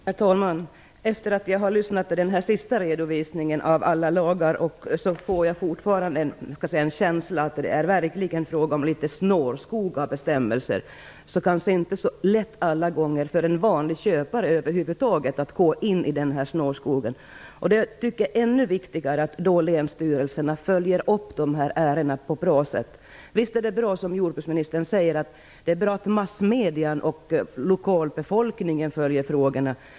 Herr talman! Efter det att jag har lyssnat på den sista redovisningen av alla lagar får jag fortfarande en känsla att det verkligen är fråga om en snårskog av bestämmelser. Det är kanske inte alla gånger så lätt för en vanlig köpare att över huvud taget gå in i den snårskogen. Det är därför ännu viktigare att länsstyrelserna följer upp ärendena på ett bra sätt. Visst är det som jordbruksministern säger bra att massmedierna och lokalbefolkningen följer frågorna.